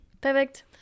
Perfect